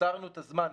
וקיצרנו את הזמן.